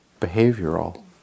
behavioral